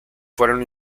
fueron